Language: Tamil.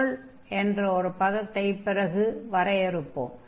கர்ல் என்ற ஒரு பதத்தைப் பிறகு வரையறுப்போம்